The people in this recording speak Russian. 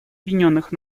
объединенных